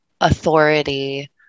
authority